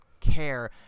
care